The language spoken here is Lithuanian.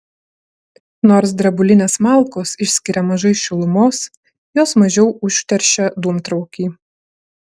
nors drebulinės malkos išskiria mažai šilumos jos mažiau užteršia dūmtraukį